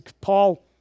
Paul